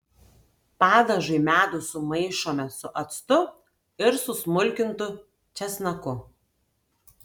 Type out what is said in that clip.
padažui medų sumaišome su actu ir susmulkintu česnaku